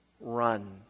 run